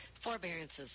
Forbearances